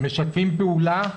משתפים פעולה?